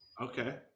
Okay